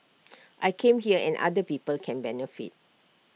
I come here and other people can benefit